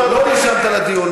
לא נרשמת לדיון,